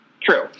True